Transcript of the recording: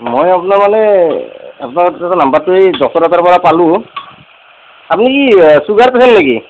মই আপোনাৰ মানে আপ্নাৰ এই নম্বৰটো ডক্টৰ এটাৰ পৰা পালোঁ আপুনি ছুগাৰ পেচেণ্ট নেকি